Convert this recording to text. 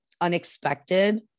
unexpected